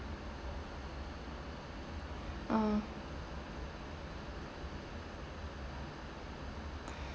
uh